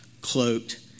cloaked